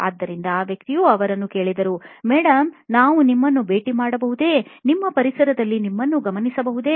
ಆದ್ದರಿಂದ ಈ ವ್ಯಕ್ತಿಯು ಅವರನ್ನು ಕೇಳಿದೆವು ಮೇಡಂ ನಾವು ನಿಮ್ಮನ್ನು ಭೇಟಿ ಮಾಡಬಹುದೇ ನಿಮ್ಮ ಪರಿಸರದಲ್ಲಿ ನಿಮ್ಮನ್ನು ಗಮನಿಸಬಹುದೇ